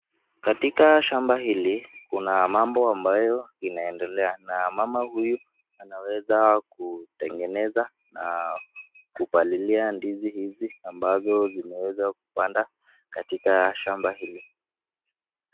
Katika shamba hili, kuna mambo ambayo inaendelea. Na mama huyu anaweza kutengeneza na kupalilia ndizi hizi ambazo zimeweza kupanda katika shamba hili.